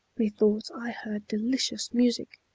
methought i heard delicious music,